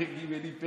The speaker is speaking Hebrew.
פרק ג' עם,